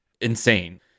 insane